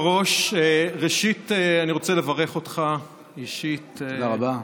תודה רבה.